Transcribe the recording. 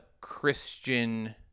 Christian